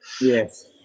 yes